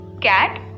cat